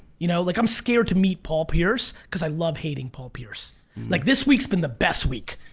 you know like i'm scared to meet paul pierce cause i love hating paul pierce like this week's been the best week.